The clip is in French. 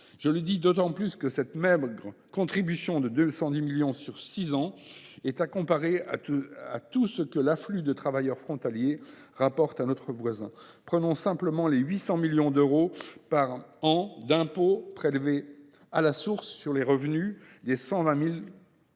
peu, d’autant plus que cette maigre contribution de 210 millions d’euros sur six ans est à comparer à tout ce que l’afflux de travailleurs frontaliers rapporte à notre voisin ? Prenez ne serait ce que les 800 millions d’euros par an d’impôts prélevés à la source sur les revenus des 123 000